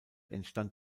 entstand